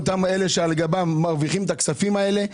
אותם אלה שעל גבם מרוויחים את הכספים האלה,